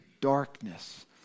darkness